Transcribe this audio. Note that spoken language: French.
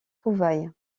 trouvaille